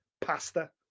pasta